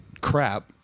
crap